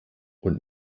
und